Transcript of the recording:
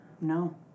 No